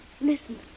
Listen